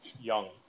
young